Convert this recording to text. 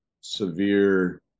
severe